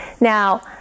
Now